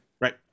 right